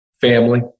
family